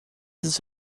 this